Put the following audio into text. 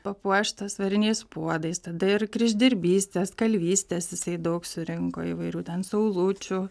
papuoštos variniais puodais tada ir kryždirbystės kalvystės jisai daug surinko įvairių ten saulučių